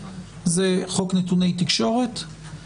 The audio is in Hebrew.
חוק נתוני תקשורת,